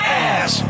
ass